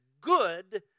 good